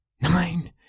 nine